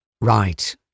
Right